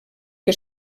que